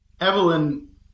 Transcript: Evelyn